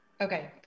Okay